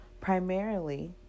Primarily